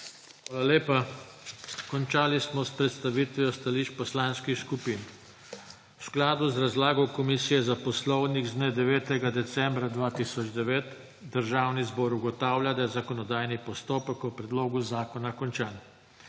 Hvala lepa. Končali smo s predstavitvijo stališč poslanskih skupin. V skladu z razlago Komisije za poslovnik z dne 9. decembra 2009 Državni zbor ugotavlja, da je zakonodajni postopek o predlogu zakona končan.